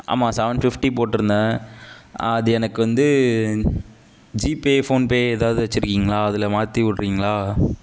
ஆமாம் seven fifty போட்டுருந்தேன் அது எனக்கு வந்து ஜிபே ஃபோன்பே எதாவது வச்சிருக்கீங்ளா அதில் மாற்றி விடுறீங்ளா